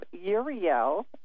Uriel